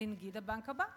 לנגיד הבנק הבא.